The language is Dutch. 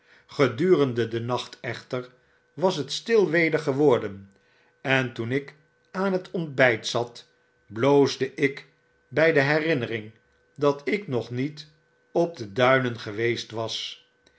gedurende den nacht echter was het stil weder geworden en toen ik aan het ontbijt zat bloosde ik by de herinneringdatik nog niet op de duinen geweest was